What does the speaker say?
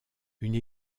une